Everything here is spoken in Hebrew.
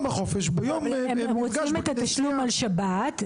הם רוצים את התשלום על שבת,